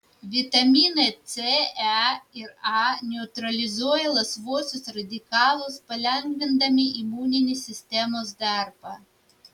vitaminai c e ir a neutralizuoja laisvuosius radikalus palengvindami imuninės sistemos darbą